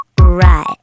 right